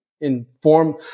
inform